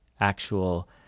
actual